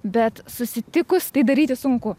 bet susitikus tai daryti sunku